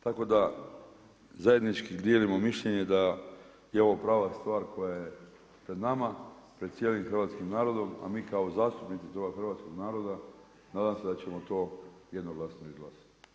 Tako da zajednički dijelimo mišljenje da je ovo prava stvar koja je pred nama, pred cijelim hrvatskim narodom a mi kao zastupnici toga hrvatskoga naroda nadam se da ćemo to jednoglasno izglasati.